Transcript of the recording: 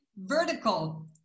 vertical